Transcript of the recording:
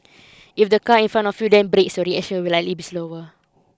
if the car in front of you then brakes so you should will likely be slower